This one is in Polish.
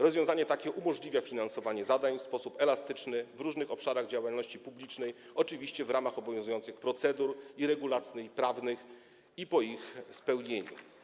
Rozwiązanie takie umożliwia finansowanie zadań w sposób elastyczny w różnych obszarach działalności publicznej, oczywiście w ramach obowiązujących procedur i regulacji prawnych i po ich zastosowaniu.